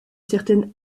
certaine